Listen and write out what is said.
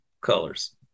colors